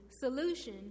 solution